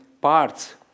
parts